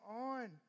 on